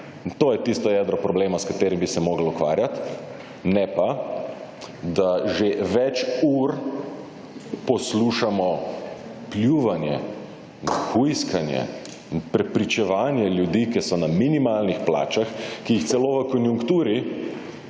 to je tisto jedro problema, s katerim bi se mogli ukvarjat, ne pa, da že več ur poslušamo pljuvanje in hujskanje in prepričevanje ljudi, ki so na minimalnih plačah, ki jih celo v konjunkturi